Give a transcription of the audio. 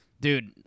dude